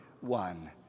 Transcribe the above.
one